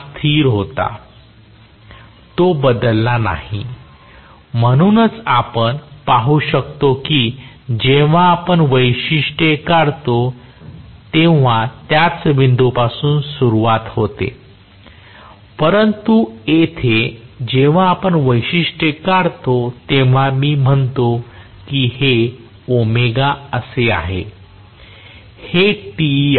तो बदलला नाही म्हणूनच आपण पाहू शकतो की जेव्हा आपण वैशिष्ट्ये काढतो तेव्हा त्याच बिंदूपासून सुरुवात होते परंतु येथे जेव्हा आपण वैशिष्ट्ये काढतो तेव्हा मी म्हणतो हे असे आहे आणि हे Te आहे